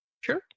Sure